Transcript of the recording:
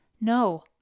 No